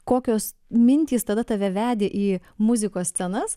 kokios mintys tada tave vedė į muzikos scenas